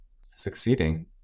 succeeding